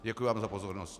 Děkuji vám za pozornost.